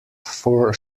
four